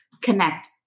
connect